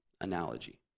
analogy